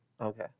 Okay